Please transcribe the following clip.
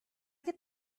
get